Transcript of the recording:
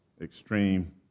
extreme